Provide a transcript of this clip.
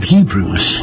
Hebrews